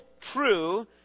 true